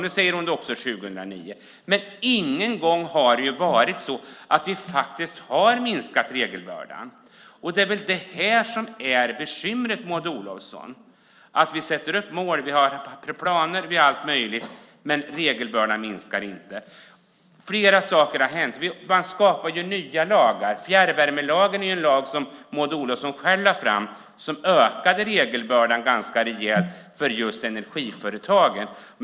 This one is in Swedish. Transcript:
Nu 2009 säger hon det igen, men ingen gång har regelbördan minskat. Det är det här som är bekymret, Maud Olofsson. Vi sätter upp mål, vi har planer och allt möjligt, men regelbördan minskar inte. Flera saker har hänt. Man stiftar nya lagar. Fjärrvärmelagen är en lag som Maud Olofsson själv föreslog men som ökade regelbördan ganska rejält för energiföretagen.